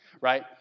right